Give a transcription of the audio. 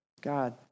God